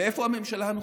ואיפה הממשלה הנוכחית?